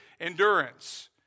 endurance